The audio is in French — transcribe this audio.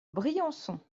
briançon